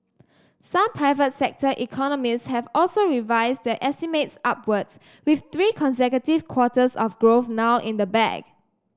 some private sector economists have also revised their estimates upwards with three consecutive quarters of growth now in the bag